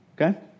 Okay